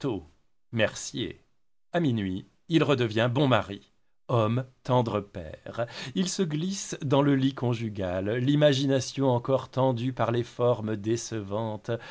à minuit il redevient bon mari homme tendre père il se glisse dans le lit conjugal l'imagination encore tendue par les formes décevantes